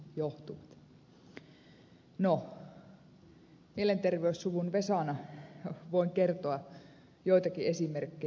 no mielenterveyssuvun vesana voin kertoa joitakin esimerkkejä siitä mistä mielenterveysongelmat johtuvat